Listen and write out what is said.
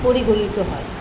পরিগণিত হয়